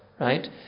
right